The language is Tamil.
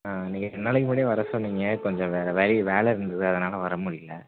நீங்கள் ரெண்டு நாளைக்கு முன்னாடியே வர சொன்னிங்க கொஞ்சம் வேறு வெளியே வேலை இருந்துது அதனால் வர முடியல